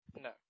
No